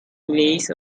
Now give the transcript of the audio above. plays